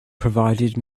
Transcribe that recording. provided